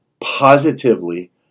positively